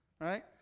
Right